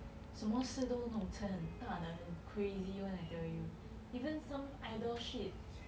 什么事都弄成很大的很 crazy [one] I tell you even some idol shit